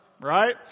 right